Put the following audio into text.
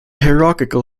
hierarchical